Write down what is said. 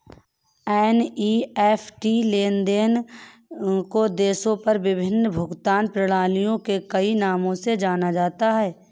NEFT लेन देन को देशों और विभिन्न भुगतान प्रणालियों में कई नामों से जाना जाता है